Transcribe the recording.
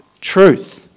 truth